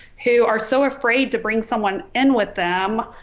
who are so afraid to bring someone in with them.